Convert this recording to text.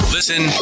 Listen